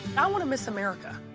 and i want a miss america.